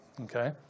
Okay